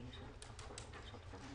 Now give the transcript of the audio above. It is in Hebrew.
חבר הכנסת סעדי בזום?